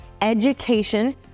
education